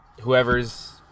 whoever's